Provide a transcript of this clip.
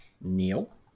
Neil